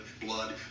blood